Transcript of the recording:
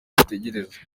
ategereza